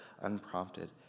unprompted